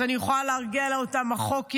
אז אני יכולה להרגיע אותן, החוק יעבור,